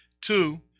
Two